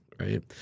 right